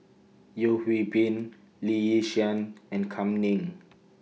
Yeo Hwee Bin Lee Yi Shyan and Kam Ning